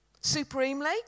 supremely